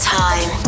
time